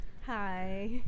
Hi